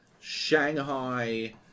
Shanghai